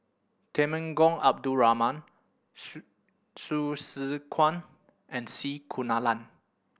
Temenggong Abdul Rahman Hsu Tse Kwang and C Kunalan